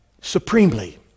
supremely